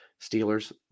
Steelers